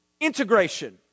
Integration